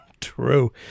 True